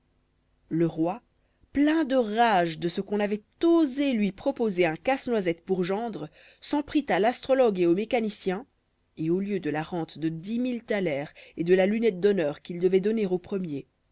le roi plein de rage de ce qu'on avait osé lui proposer un casse-noisette pour gendre s'en prit à l'astrologue et au mécanicien et au lieu de la rente de dix mille thalers et de la lunette d'honneur qu'il devait donner au premier